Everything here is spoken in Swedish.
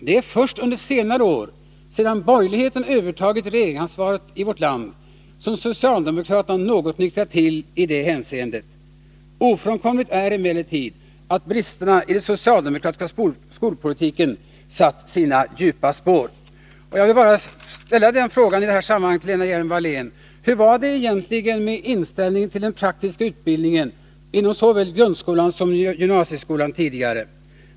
Det är först under senare år, sedan borgerligheten övertagit regeringsansvaret i vårt land, som socialdemokraterna något nyktrat till i det hänseendet. Ofrånkomligt är emellertid att bristerna i den socialdemokratiska skolpolitiken satt sina djupa spår. Jag vill i det här sammanhanget rikta några frågor till Lena Hjelm-Wallén: Hur var det egentligen tidigare med inställningen till den praktiska utbildningen inom såväl grundskolan som gymnasieskolan?